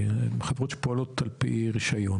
אלה חברות שפועלות על פי רישיון.